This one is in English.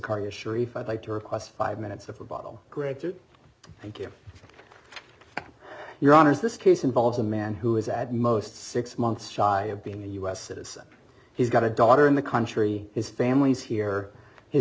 issuer if i'd like to request five minutes of a bottle granted thank you for your honors this case involves a man who is at most six months shy of being a us citizen he's got a daughter in the country his family's here his